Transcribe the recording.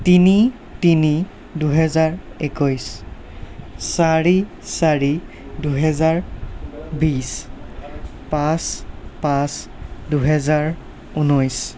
তিনি তিনি দুহেজাৰ একৈছ চাৰি চাৰি দুহেজাৰ বিছ পাঁচ পাঁচ দুহেজাৰ ঊনৈছ